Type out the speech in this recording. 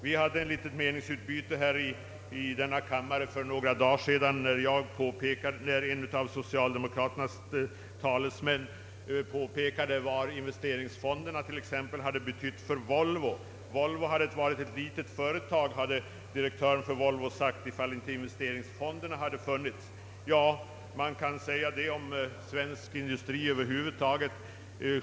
Vi hade ett litet meningsutbyte här i kammaren för några dagar sedan, när en av socialdemokraternas talesmän påpekade vad investeringsfonderna t.ex. hade betytt för AB Volvo. Direktören för AB Volvo hade sagt, att Volvo »hade varit ett litet företag, om inte investeringsfonderna hade funnits».